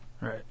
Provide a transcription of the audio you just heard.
Right